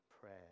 prayer